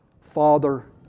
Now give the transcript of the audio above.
Father